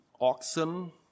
Oxen